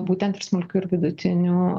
būtent ir smulkių ir vidutinių